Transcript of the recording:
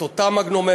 את אותם מגנומטרים,